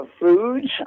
foods